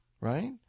right